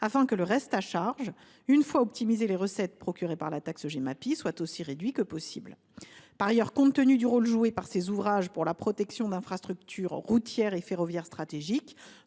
afin que le reste à charge, une fois optimisées les recettes procurées par la taxe Gemapi, soit aussi réduit que possible. Par ailleurs, compte tenu du rôle joué par ces ouvrages pour la protection d’infrastructures routières et ferroviaires stratégiques,